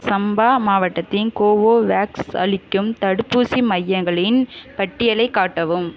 சம்பா மாவட்டத்தின் கோவோவேக்ஸ் அளிக்கும் தடுப்பூசி மையங்களின் பட்டியலைக் காட்டவும்